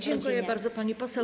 Dziękuję bardzo, pani poseł.